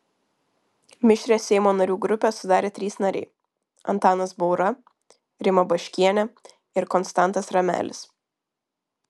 mišrią seimo narių grupę sudarė trys nariai antanas baura rima baškienė ir konstantas ramelis